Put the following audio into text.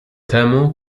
temu